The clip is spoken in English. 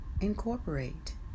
incorporate